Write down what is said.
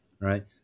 right